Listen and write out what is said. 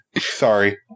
Sorry